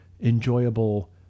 enjoyable